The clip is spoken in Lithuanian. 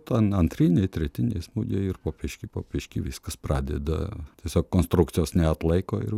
ten antriniai tretiniai smūgiai ir po biški po biški viskas pradeda tiesiog konstrukcijos neatlaiko ir